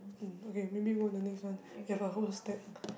um okay maybe go the next one we have a whole step